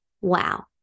wow